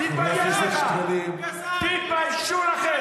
תתבייש לך.